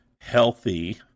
healthy